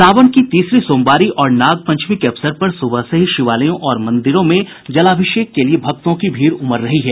सावन की तीसरी सोमवारी और नागपंचमी के अवसर पर सुबह से ही शिवालयों और मंदिरों में जलाभिषेक के लिए भक्तों की भीड़ उमड़ रही है